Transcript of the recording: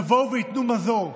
יבואו וייתנו מזור.